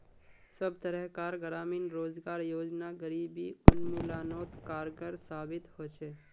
सब तरह कार ग्रामीण रोजगार योजना गरीबी उन्मुलानोत कारगर साबित होछे